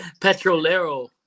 Petrolero